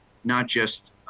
not just